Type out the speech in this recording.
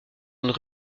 zones